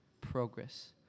progress